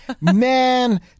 man